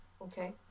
Okay